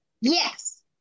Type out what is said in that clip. Yes